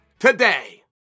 Today